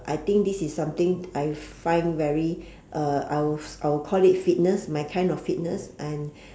I think this is something I find very uh I will I will call it fitness my kind of fitness and